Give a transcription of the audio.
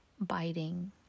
biting